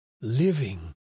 living